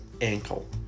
ankle